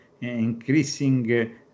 increasing